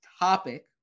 topic